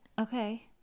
Okay